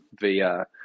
via